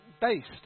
based